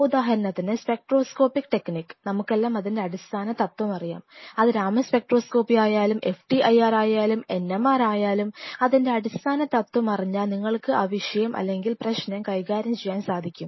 ഉദാഹരണത്തിന് spectroscopic technique നമുക്കെല്ലാം അതിൻറെ അടിസ്ഥാന തത്വം അറിയാം അത് രാമൻ സ്പെക്ട്രോസ്കോപ്പി ആയാലും FTIR ആയാലുംNMR ആയാലും അതിൻറെ അടിസ്ഥാന തത്വം അറിഞ്ഞാൽ നിങ്ങൾക്ക് ആ വിഷയം അല്ലെങ്കിൽ പ്രശ്നം കൈകാര്യം ചെയ്യാൻ സാധിക്കും